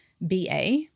BA